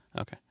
okay